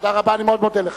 נתתי לך